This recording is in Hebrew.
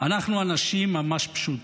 אנחנו אנשים ממש פשוטים